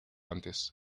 antes